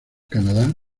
canadá